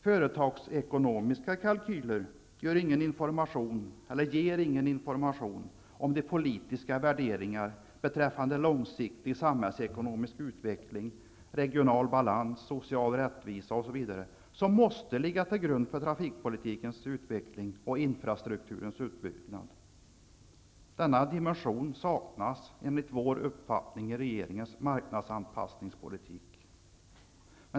Företagsekonomiska kalkyler ger ingen information om de politiska värderingar beträffande långsiktig samhällsekonomisk utveckling, regional balans och social rättvisa som måste ligga till grund för trafikpolitikens utveckling och infrastrukturens utbyggnad. Denna dimension saknas enligt vår uppfattning i regeringens marknadsanpassningspolitik.